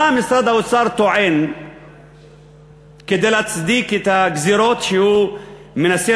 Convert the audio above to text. מה משרד האוצר טוען כדי להצדיק את הגזירות שהוא מנסה